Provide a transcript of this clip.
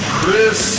Chris